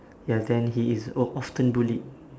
ya then he is o~ often bullied